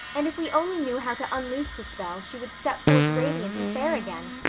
and if we only knew how to unloose the spell she would step forth radiant and fair again.